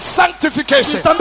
sanctification